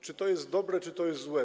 Czy to jest dobre, czy to jest złe?